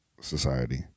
society